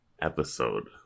episode